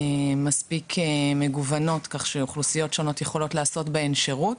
מספיק מגוונות כך שאוכלוסיות שונות יכולות לקבל דרכן שירות.